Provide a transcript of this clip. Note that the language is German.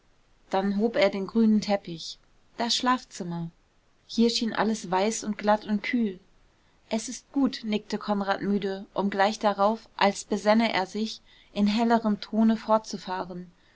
dann hob er den grünen teppich das schlafzimmer hier schien alles weiß und glatt und kühl es ist gut nickte konrad müde um gleich darauf als besänne er sich in hellerem tone fortzufahren